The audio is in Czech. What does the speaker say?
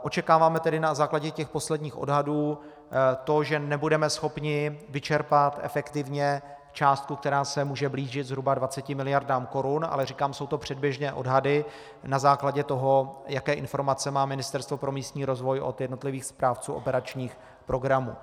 Očekáváme tedy na základě posledních odhadů to, že nebudeme schopni vyčerpat efektivně částku, která se může blížit zhruba 20 mld. korun, ale říkám, jsou to předběžné odhady na základě toho, jaké informace má Ministerstvo pro místní rozvoj od jednotlivých správců operačních programů.